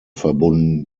verbunden